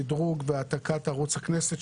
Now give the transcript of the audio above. שדרוג והעתקת ערוץ הכנסת,